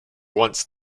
once